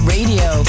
Radio